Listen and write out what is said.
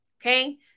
Okay